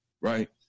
Right